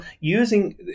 using